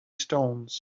stones